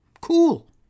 Cool